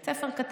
בית ספר קטן.